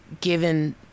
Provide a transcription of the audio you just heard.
given